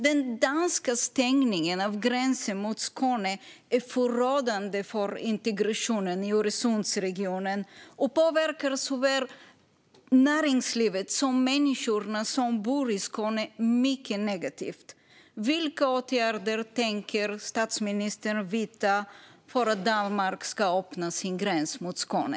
Den danska stängningen av gränsen mot Skåne är förödande för integrationen i Öresundsregionen och påverkar såväl näringslivet som människorna som bor i Skåne mycket negativt. Vilka åtgärder tänker statsministern vidta för att Danmark ska öppna sin gräns mot Skåne?